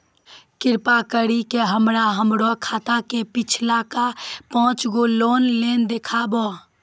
कृपा करि के हमरा हमरो खाता के पिछलका पांच गो लेन देन देखाबो